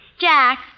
Jack